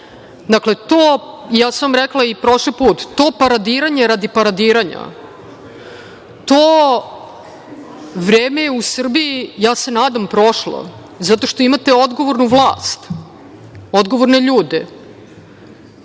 toga? Dakle, ja sam vam rekla i prošli put, to paradiranje radi paradiranja, to vreme u Srbiji ja se nadam da je prošlo zato što imate odgovornu vlast, odgovorne ljude